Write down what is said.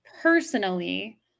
personally